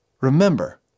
Remember